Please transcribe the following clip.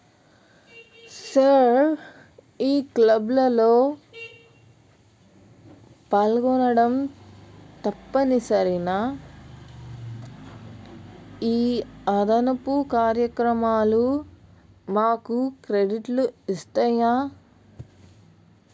sir ఈ క్లబ్లలో పాల్గొనడం తప్పనిసరినా ఈ అదనపు కార్యక్రమాలు మాకు క్రెడిట్లు ఇస్తాయా